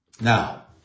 Now